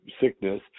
sickness